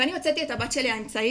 ואני הוצאתי את הבת שלי האמצעית,